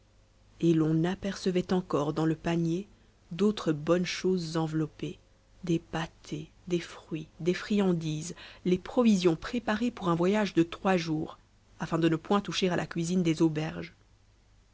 et l'on apercevait encore dans le panier d'autres bonnes choses enveloppées des pâtés des fruits des friandises les provisions préparées pour un voyage de trois jours afin de ne point toucher à la cuisine des auberges